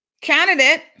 Candidate